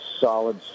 solid